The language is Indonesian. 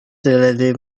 selalu